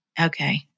Okay